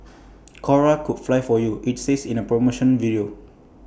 cora could fly for you IT says in A promotional video